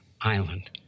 Island